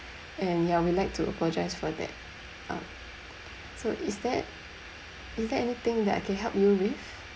and ya we like to apologise for that um so is that is there anything that I can help you with